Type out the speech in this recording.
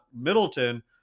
Middleton